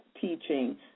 teaching